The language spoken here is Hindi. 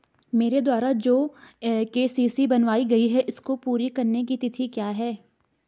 मेरे द्वारा जो के.सी.सी बनवायी गयी है इसको पूरी करने की तिथि क्या है?